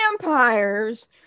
vampires